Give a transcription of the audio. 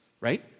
Right